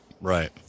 right